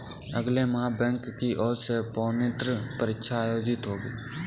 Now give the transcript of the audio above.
अगले माह बैंक की ओर से प्रोन्नति परीक्षा आयोजित होगी